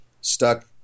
stuck